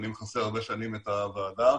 אני מכסה הרבה שנים את הוועדה,